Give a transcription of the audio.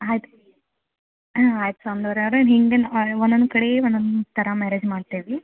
ಆಯ್ತು ಹಾಂ ಆಯ್ತು ಸ್ವಾಮಿಯೋರೆ ಅದೆ ಹಿಂಗೆ ಒನೊಂದ್ ಕಡೇ ಒನೊಂದ್ ಥರ ಮ್ಯಾರೇಜ್ ಮಾಡ್ತೇವಿ